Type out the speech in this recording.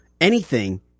anything-